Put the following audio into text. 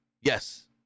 Yes